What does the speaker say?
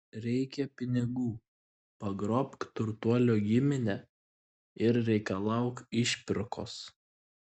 reikia pinigų pagrobk turtuolio giminę ir reikalauk išpirkos